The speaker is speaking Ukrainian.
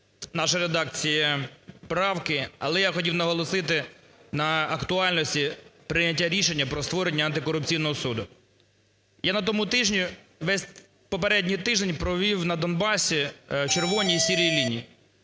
нашої редакції правки. Але я хотів наголосити на актуальності прийняття рішення про створення антикорупційного суду. Я на тому тижні, весь попередній тиждень провів на Донбасі, "червоній" і "сірій" лінії,